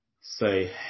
say